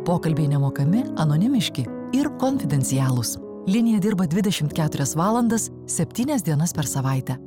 pokalbiai nemokami anonimiški ir konfidencialūs linija dirba dvidešimt keturias valandas septynias dienas per savaitę